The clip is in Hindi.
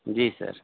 जी सर